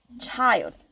child